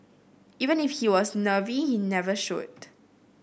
even if he was nervy it never showed